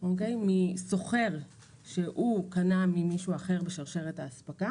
- מסוחר שהוא קנה ממישהו אחר בשרשרת האספקה